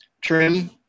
trim